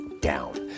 down